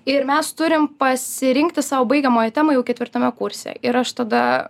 ir mes turim pasirinkti sau baigiamąją temą jau ketvirtame kurse ir aš tada